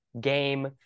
game